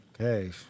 Okay